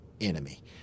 enemy